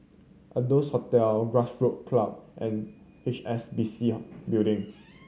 Adonis Hotel Grassroot Club and H S B C Building